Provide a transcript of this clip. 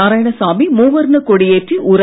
நாராயணசாமி மூவர்ணக் கொடி ஏற்றி உரை